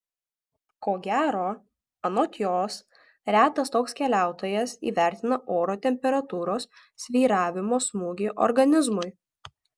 ko gero anot jos retas toks keliautojas įvertina oro temperatūros svyravimo smūgį organizmui